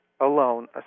alone